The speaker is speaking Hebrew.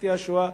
פליטי השואה,